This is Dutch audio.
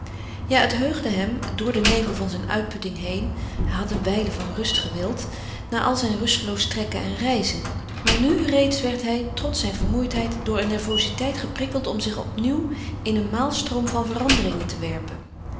ja het heugde hem door den nevel van zijn uitputting heen hij had een wijle van rust gewild na al zijn rusteloos trekken en reizen maar nu reeds werd hij trots zijn vermoeidheid door een nervoziteit geprikkeld om zich opnieuw in een maalstroom van veranderingen te werpen